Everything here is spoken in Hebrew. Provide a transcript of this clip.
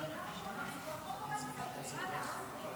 כבוד היושב-ראש, כנסת נכבדה,